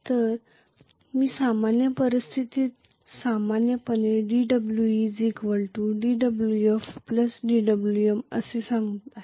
तर मी सामान्य परिस्थितीत सामान्यपणे dWe dWf dWm असे सांगत आहे